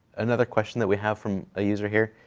another question that we have from a user here.